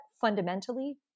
fundamentally